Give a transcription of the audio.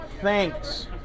thanks